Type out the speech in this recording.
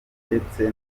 ndetse